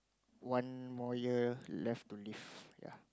one more year left to live ya